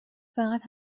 فقط